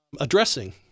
addressing